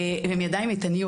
והן ידיים איתנות.